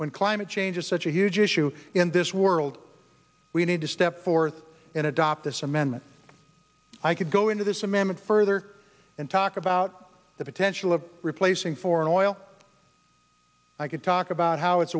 when climate change is such a huge issue in this world we need to step forth and adopt this amendment i could go into this amendment further and talk about the potential of replacing foreign oil i could talk about how it's